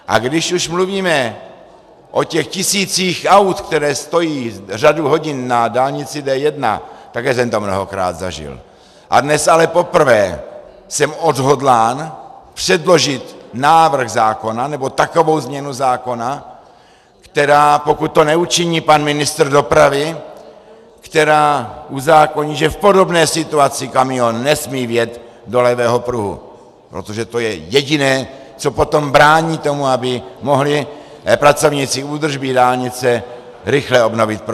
A když už mluvíme o těch tisících aut, která stojí řadu hodin na dálnici D1, také jsem to mnohokrát zažil, a dnes ale poprvé jsem odhodlán předložit návrh zákona, nebo takovou změnu zákona, která, pokud to neučiní pan ministr dopravy, která uzákoní, že v podobné situaci kamion nesmí vjet do levého pruhu, protože to je jediné, co potom brání tomu, aby mohli pracovníci údržby dálnice rychle obnovit provoz.